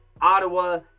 ottawa